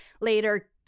later